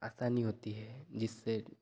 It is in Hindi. आसानी होती है जिससे